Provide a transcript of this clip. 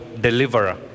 deliverer